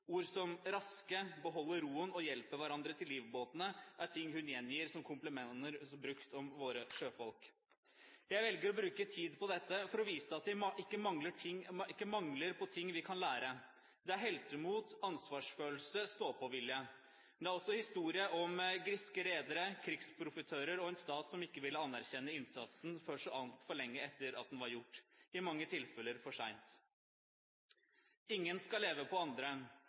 Ord som «raske», «beholder roen» og «hjelper hverandre til livbåtene» er ting hun gjengir som komplimenter brukt om våre sjøfolk. Jeg velger å bruke tid på dette for å vise at det ikke mangler på ting vi kan lære. Det er heltemot, ansvarsfølelse og ståpåvilje. Men det er også historien om griske redere, krigsprofitører og en stat som ikke ville anerkjenne innsatsen før så altfor lenge etter at den var gjort – i mange tilfeller for sent. «Ingen skal leve på andre.